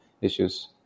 issues